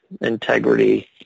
integrity